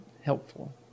helpful